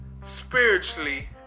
spiritually